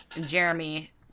Jeremy